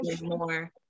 more